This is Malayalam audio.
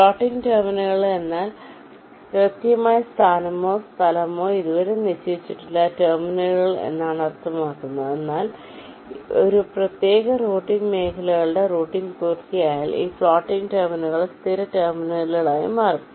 ഫ്ലോട്ടിംഗ് ടെർമിനൽ എന്നാൽ കൃത്യമായ സ്ഥാനമോ സ്ഥലമോ ഇതുവരെ നിശ്ചയിച്ചിട്ടില്ലാത്ത ടെർമിനലുകൾ എന്നാണ് അർത്ഥമാക്കുന്നത് എന്നാൽ ആ പ്രത്യേക റൂട്ടിംഗ് മേഖലയുടെ റൂട്ടിംഗ് പൂർത്തിയായാൽ ഈ ഫ്ലോട്ടിംഗ് ടെർമിനലുകൾസ്ഥിര ടെർമിനലുകളായി മാറും